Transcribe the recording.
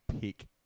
pick